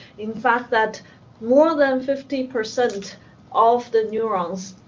in fact, that more than fifty percent of the neurons,